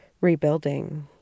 rebuilding